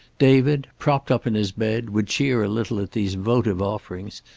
david, propped up in his bed, would cheer a little at these votive offerings,